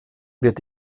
wird